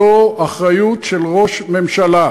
זו אחריות של ראש ממשלה.